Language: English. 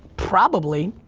probably.